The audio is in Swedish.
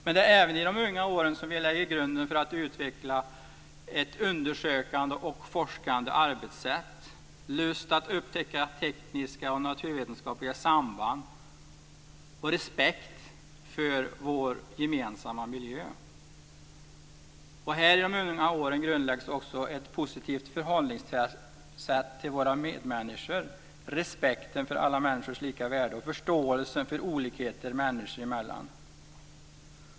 Men det är även i de unga åren som vi lägger grunden för att utveckla ett undersökande och forskande arbetssätt, lust att upptäcka tekniska och naturvetenskapliga samband och respekt för vår gemensamma miljö. I de unga åren grundläggs också ett positivt förhållningssätt till våra medmänniskor, respekten för alla människors lika värde och förståelse för olikheter människor emellan.